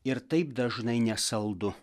ir taip dažnai nesaldu